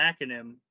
acronym